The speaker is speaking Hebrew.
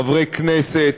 חברי כנסת,